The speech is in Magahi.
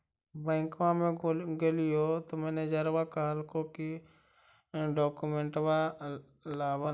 बैंकवा मे गेलिओ तौ मैनेजरवा कहलको कि डोकमेनटवा लाव ने?